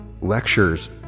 lectures